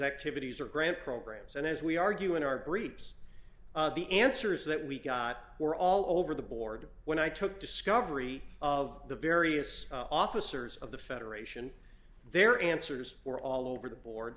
activities or grant programs and as we argue in our briefs the answers that we got were all over the board when i took discovery of the various officers of the federation their answers were all over the board